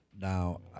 Now